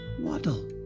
Waddle